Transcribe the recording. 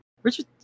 Richard